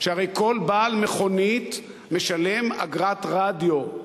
שהרי כל בעל מכונית משלם אגרת רדיו.